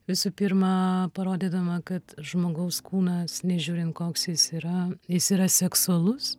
visų pirma parodydama kad žmogaus kūnas nežiūrint koks jis yra jis yra seksualus